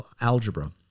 algebra